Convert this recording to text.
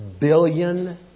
billion